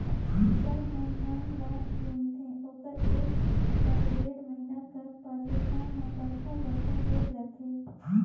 किसान मन धान ल बुनथे ओकर एक चहे डेढ़ महिना कर पाछू धान हर बड़खा बड़खा होए जाथे